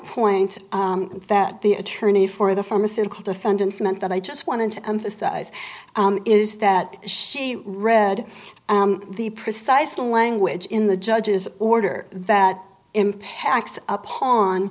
point that the attorney for the pharmaceutical defendants meant that i just wanted to emphasize is that she read the precise language in the judge's order that impacts upon